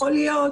יכול להיות